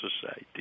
society